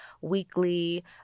weekly